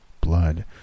Blood